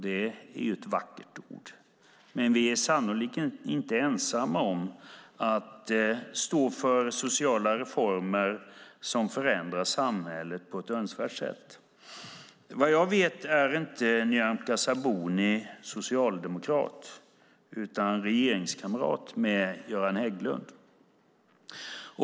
Det är ett vackert ord, men vi är sannolikt inte ensamma om att stå för sociala reformer som förändrar samhället på ett önskvärt sätt. Vad jag vet är inte Nyamko Sabuni socialdemokrat utan regeringskamrat med Göran Hägglund.